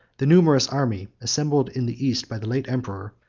the numerous army, assembled in the east by the late emperor,